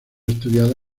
estudiada